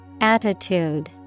Attitude